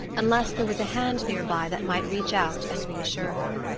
unless there was a hand near by that might reach out and reassure her.